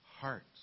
Hearts